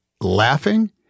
laughing